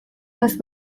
doaz